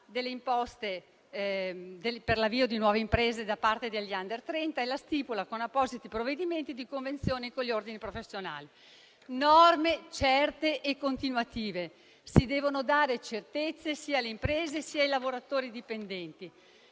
delle imposte per l'avvio di nuove imprese da parte degli *under* 30 e la stipula con appositi provvedimenti di convenzione con gli ordini professionali. Norme certe e continuative: si devono dare le certezze sia alle imprese sia ai lavoratori dipendenti.